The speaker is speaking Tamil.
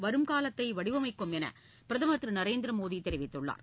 வருங்காலத்தை வடிவமைக்கும் என பிரதமர் திரு நரேந்திர மோடி தெரிவித்துள்ளார்